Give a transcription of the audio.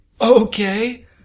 Okay